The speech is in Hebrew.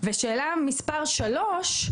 ושאלה מספר 3,